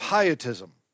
pietism